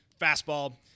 fastball